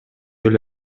эле